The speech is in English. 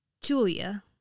Julia